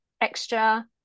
extra